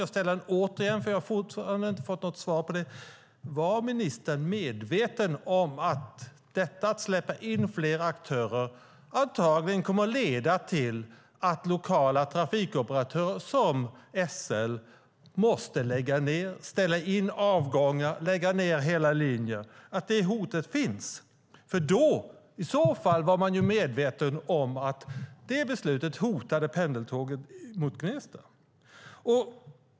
Jag ställer den återigen, för jag har fortfarande inte fått något svar: Var ministern medveten om att detta att släppa in fler aktörer antagligen kommer att leda till att lokala trafikoperatörer som SL måste lägga ned hela linjer och ställa in avgångar? Var hon medveten om att detta hot finns? I så fall var man ju medveten om att detta beslut hotade pendeltåget mot Gnesta.